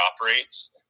operates